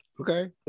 okay